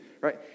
right